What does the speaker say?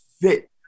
fit